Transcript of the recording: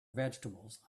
vegetables